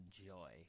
enjoy